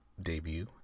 debut